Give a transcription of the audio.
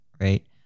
right